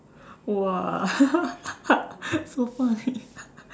!wah! so funny